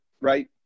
right